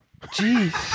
Jeez